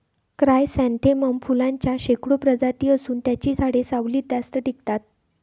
chrysanthemum फुलांच्या शेकडो प्रजाती असून त्यांची झाडे सावलीत जास्त टिकतात